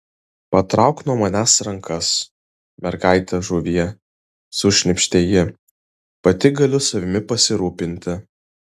patrauk nuo manęs rankas mergaite žuvie sušnypštė ji pati galiu savimi pasirūpinti